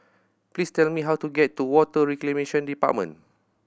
please tell me how to get to Water Reclamation Department